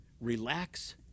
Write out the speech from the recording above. relax